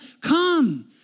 come